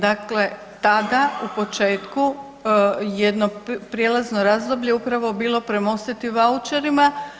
Dakle, tada u početku jedno prijelazno razdoblje je upravo bilo premostiti vaučerima.